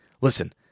Listen